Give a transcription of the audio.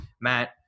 Matt